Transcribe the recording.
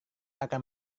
akan